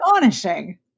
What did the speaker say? astonishing